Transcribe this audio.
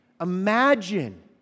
Imagine